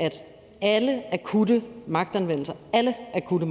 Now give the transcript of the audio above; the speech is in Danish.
at alle akutte magtanvendelser – alle akutte